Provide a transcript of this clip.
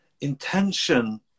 intention